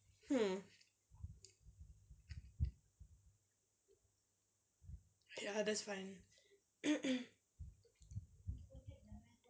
hmm ya that's fine